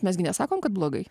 mes gi nesakom kad blogai